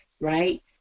right